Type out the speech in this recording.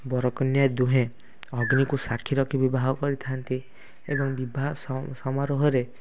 ବର କନ୍ୟା ଦୁହେଁ ଅଗ୍ନିକୁ ସାକ୍ଷୀ ରଖି ବିବାହ କରିଥାନ୍ତି ଏବଂ ବିବାହ ସମାରୋହରେ